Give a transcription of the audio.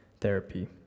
therapy